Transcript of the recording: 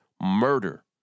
murder